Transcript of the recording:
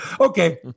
Okay